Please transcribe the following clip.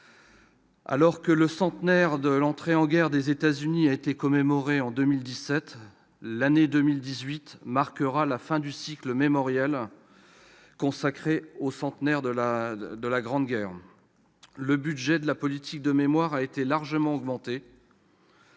Alors que le centenaire de l'entrée en guerre des États-Unis a été commémoré en 2017, l'année 2018 marquera la fin du cycle mémoriel consacré au centenaire de la Grande Guerre. Le budget de la politique mémoire a été largement augmenté.